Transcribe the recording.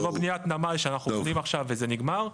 זה לא בניית נמל שאנחנו בונים עכשיו וזה נגמר.